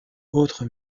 autre